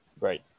right